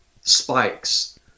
spikes